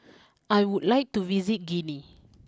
I would like to visit Guinea